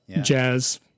jazz